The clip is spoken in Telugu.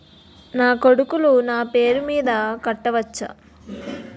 నా కొడుకులు నా పేరి మీద కట్ట వచ్చా?